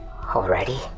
Already